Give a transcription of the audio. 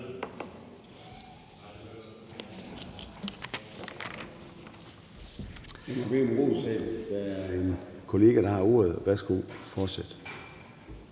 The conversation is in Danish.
Der er en kollega, der har ordet. Værsgo, fortsæt.